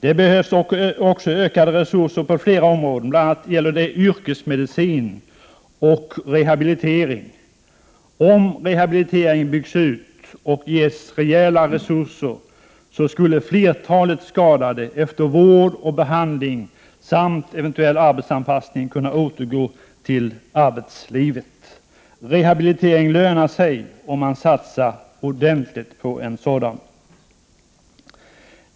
Det behövs också ökade resurser på flera områden, bl.a. gäller det yrkesmedicin och rehabilitering. Om rehabiliteringen byggs ut och ges rejäla resurser skulle flertalet skadade efter vård och behandling samt eventuell arbetsanpassning kunna återgå till arbetslivet. Rehabilitering lönar sig om man satsar ordentligt på en sådan.